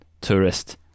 Tourist